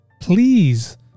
please